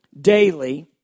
daily